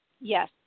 Yes